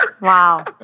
Wow